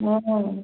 वो हो